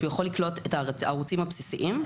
שהוא יכול לקלוט את הערוצים הבסיסיים.